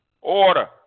Order